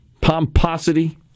pomposity